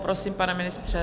Prosím, pane ministře.